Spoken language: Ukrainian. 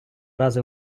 рази